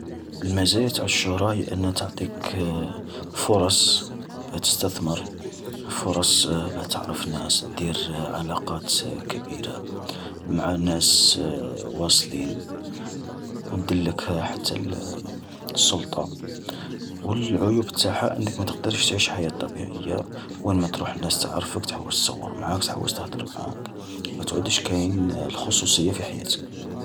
المزايا نتع الشهرة هي أنها تعطيك فرص باه تستثمر، فرص باه تعرف ناس، دير علاقات كبيرة مع ناس واصلين و ديلك حتى السلطة. و العيوب تاعها أنك ماتقدرش تعيش حياة طبيعية، وينما تروح الناس تعرفك تحوس تصور معاك تحوس تهدر معاك، ما تعودش كاين الخصوصية في حياتك.